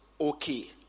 okay